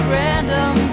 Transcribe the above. random